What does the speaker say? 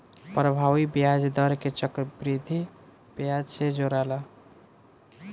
प्रभावी ब्याज दर के चक्रविधि ब्याज से जोराला